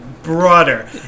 broader